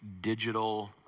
digital